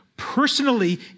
personally